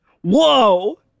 whoa